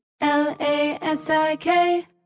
L-A-S-I-K